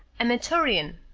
a mentorian.